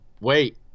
wait